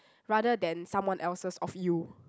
rather than someone else's of you